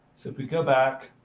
if we go back